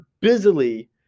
busily